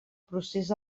procés